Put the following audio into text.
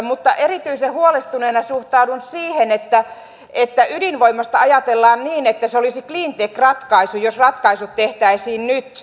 mutta erityisen huolestuneena suhtaudun siihen että ydinvoimasta ajatellaan niin että se olisi cleantech ratkaisu jos ratkaisu tehtäisiin nyt